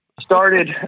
started